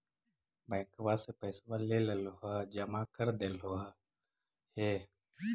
बैंकवा से पैसवा लेलहो है जमा कर देलहो हे?